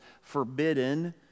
forbidden